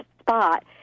spot